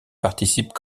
participe